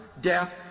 death